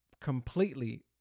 completely